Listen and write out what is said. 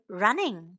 running